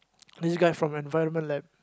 this guy from environment lab